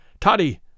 Toddy